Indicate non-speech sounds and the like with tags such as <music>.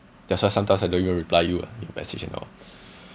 that's why sometimes I don't even reply you ah if message me now <breath>